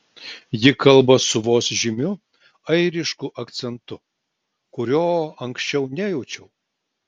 ji kalba su vos žymiu airišku akcentu kurio anksčiau nejaučiau